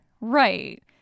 Right